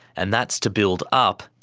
and that's to build up,